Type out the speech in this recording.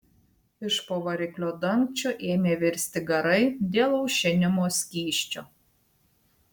iš po variklio dangčio ėmė virsti garai dėl aušinimo skysčio